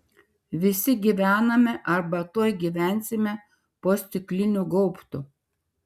visi gyvename arba tuoj gyvensime po stikliniu gaubtu